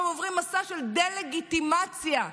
הם עוברים מסע של דה-לגיטימציה מכוער,